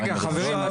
רגע חברים,